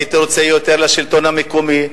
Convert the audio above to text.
הייתי רוצה יותר לשלטון המקומי,